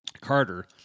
Carter